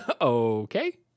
Okay